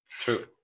True